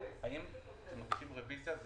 אם כשעושים רביזיה,